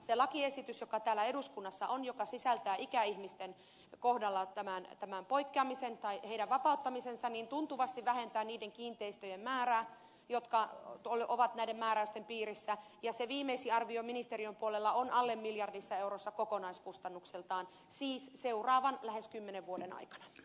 se lakiesitys joka täällä eduskunnassa on joka sisältää ikäihmisten kohdalla tämän poikkeamisen tai heidän vapauttamisensa tuntuvasti vähentää niiden kiinteistöjen määrää jotka ovat näiden määräysten piirissä ja se viimeisin arvio ministeriön puolella on alle miljardissa eurossa kokonaiskustannukseltaan siis seuraavan lähes kymmenen vuoden aikana